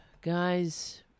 guys